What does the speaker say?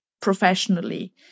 professionally